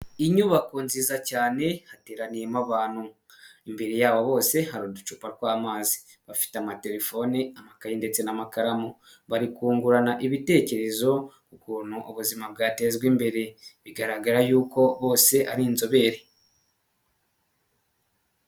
Inyubako nziza cyane, hateraniyemo abantu. Imbere yabo bose hari uducupa tw'amazi. Bafite amatelefone, amakayi, ndetse n'amakaramu. Bari kungurana ibitekerezo ku kuntu ubuzima bwatezwa imbere. Bigaragara yuko bose ari inzobere.